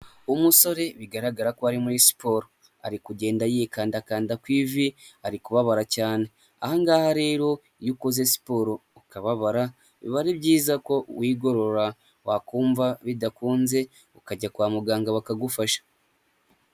Umusore bigaragara ko ari muri siporo, ari kugenda yikandakanda ku ivi ari kubabara cyane, ahangaha rero iyo ukoze siporo ukababara biba ari byiza ko wigorora wakumva bidakunze ukajya kwa muganga bakagufasha.